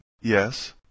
Yes